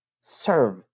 serve